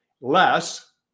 less